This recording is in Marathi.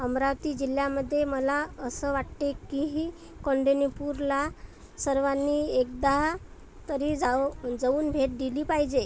अमरावती जिल्ह्यामध्ये मला असं वाटते की ही कौंडण्यपूरला सर्वांनी एकदा तरी जावं जाऊन भेट दिली पाहिजे